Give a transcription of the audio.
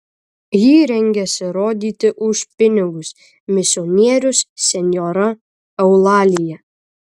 jį rengiasi rodyti už pinigus misionierius senjora eulalija